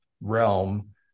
realm